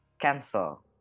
cancel